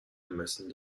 ermessen